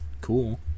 cool